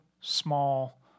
small